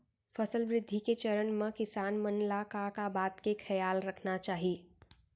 फसल वृद्धि के चरण म किसान मन ला का का बात के खयाल रखना चाही?